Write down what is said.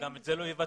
וגם את זה לא יבצעו.